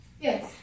Yes